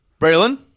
Braylon